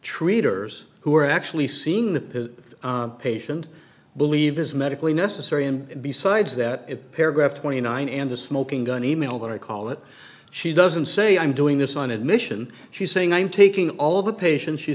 treaters who are actually seeing the patient believe is medically necessary and besides that paragraph twenty nine and a smoking gun e mail that i call it she doesn't say i'm doing this on admission she's saying i'm taking all the patients she